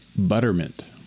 Buttermint